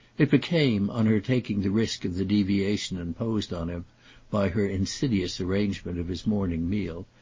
it became, on her taking the risk of the deviation imposed on him by her insidious arrangement of his morning meal,